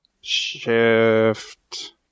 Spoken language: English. shift